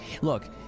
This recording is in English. Look